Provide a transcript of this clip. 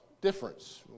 difference